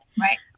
Right